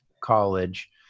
college